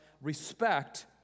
respect